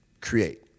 create